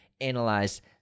analyze